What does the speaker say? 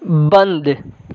बंद